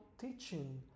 teaching